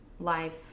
Life